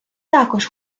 також